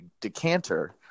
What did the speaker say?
decanter